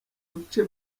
bice